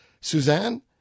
Suzanne